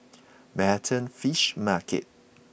Manhattan Fish Market